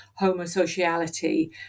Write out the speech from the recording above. homosociality